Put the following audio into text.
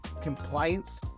compliance